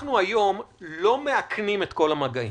אנחנו לא מאכנים היום את כל המגעים.